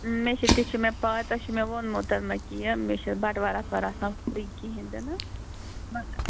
مےٚ چھِ تہِ چھُ مےٚ پے تۄہہِ چھُ مےٚ ووٚنمُت کہِ مےٚ چھِ بَٹوار اَتھوار آسان فرٛی کِہیٖنۍ تہِ نہٕ مگر